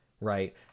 Right